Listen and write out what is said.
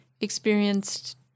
experienced